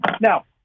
Now